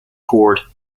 chord